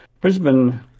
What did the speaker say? Brisbane